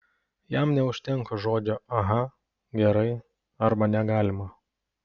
jam neužtenka žodžio aha gerai arba negalima